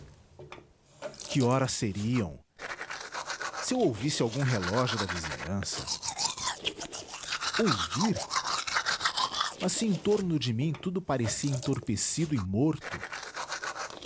que horas seriam se eu ouvisse algum relógio da vizinhança ouvir mas se em torno de mim tudo parecia entorpecido e morto